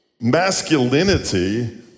Masculinity